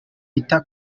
yita